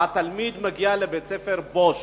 התלמיד מגיע לבית-ספר בוש,